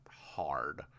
Hard